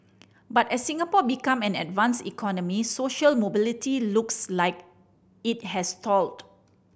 but as Singapore become an advanced economy social mobility looks like it has stalled